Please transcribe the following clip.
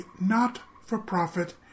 not-for-profit